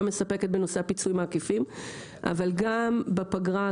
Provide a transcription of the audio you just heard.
מספקת בעניין הפיצויים העקיפים אבל גם בפגרה,